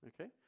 okay